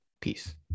Peace